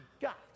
got